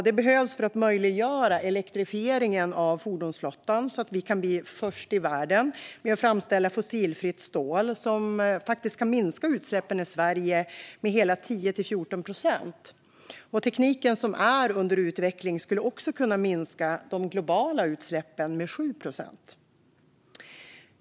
Det behövs för att möjliggöra elektrifieringen av fordonsflottan så att vi kan bli först i världen med att framställa fossilfritt stål som faktiskt kan minska utsläppen i Sverige med hela 10-14 procent. Tekniken, som är under utveckling, skulle också kunna minska de globala utsläppen med 7 procent.